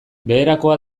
beherakoa